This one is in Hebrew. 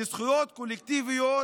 כי זכויות קולקטיביות